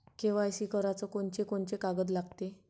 KYC कराच कोनचे कोनचे कागद लागते?